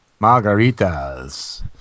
margaritas